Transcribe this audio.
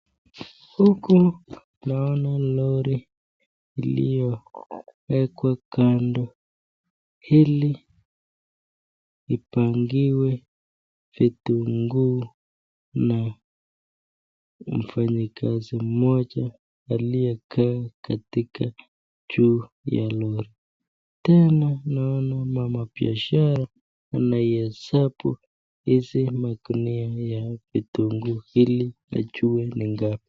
Huku naona lori iliyoekwa kando ili ipangiwe vitunguu na mfanyikazi mmoja aliyekaa katika juu ya lori. Tena naona mmama mwanabiashara anaihesabu hizi magunia ya vitunguu ili ajue ni ngapi.